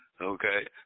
Okay